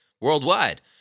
worldwide